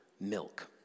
milk